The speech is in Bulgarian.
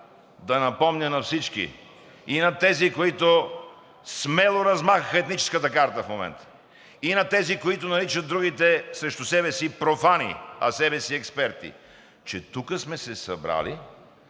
да напомня на всички, и на тези, които смело размахаха етническата карта в момента. И на тези, които наричат другите срещу себе си профани, а себе си експерти – че тук сме се събрали